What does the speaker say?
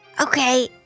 Okay